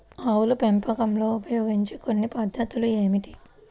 ఆవుల పెంపకంలో ఉపయోగించే కొన్ని కొత్త పద్ధతులు ఏమిటీ?